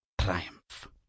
triumph